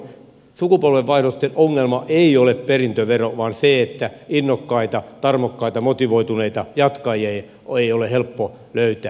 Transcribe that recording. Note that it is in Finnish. sukupolvenvaihdosten ongelma ei ole perintövero vaan se että innokkaita tarmokkaita motivoituneita jatkajia ei ole helppo löytää